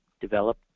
develop